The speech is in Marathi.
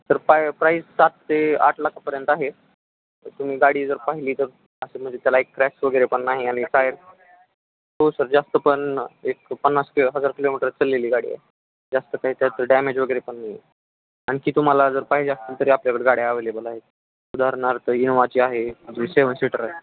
सर पाय प्राईस सात ते आठ लाखापर्यंत आहे तर तुम्ही गाडी जर पाहिली तर असं म्हणजे त्याला एक क्रॅक्स वगैरे पण नाही आणि टायर हो सर जास्त पण एक पन्नास किंवा हजार किलोमीटरच चाललेली गाडी आहे जास्त काही त्यात डॅमेज वगैरे पण नाही आहे आणखी तुम्हाला जर पाहिजे असतील तरी आपल्याकडे गाड्या अवेलेबल आहेत उदाहरणार्थ इनोवाची आहे अगदी सेवन सीटर आहे